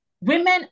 women